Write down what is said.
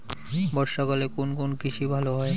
বর্ষা কালে কোন কোন কৃষি ভালো হয়?